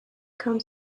come